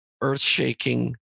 earth-shaking